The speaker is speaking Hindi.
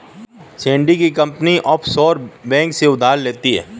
सैंडी की कंपनी ऑफशोर बैंक से उधार लेती है